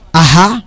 aha